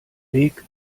weg